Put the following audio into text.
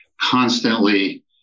constantly